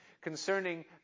concerning